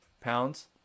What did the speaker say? pounds